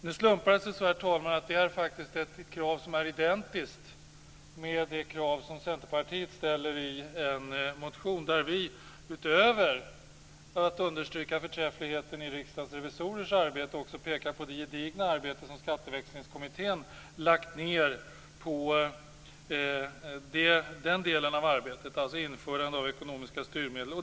Det slumpade sig på det sättet att det faktiskt är ett krav som är identiskt med det krav som Centerpartiet ställer i en motion där vi utöver att understryka förträffligheten i Riksdagens revisorers arbete också pekar på det gedigna arbete som Skatteväxlingskommittén har lagt ned på den delen av arbetet, dvs. införande av ekonomiska styrmedel.